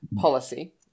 policy